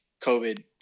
COVID